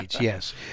yes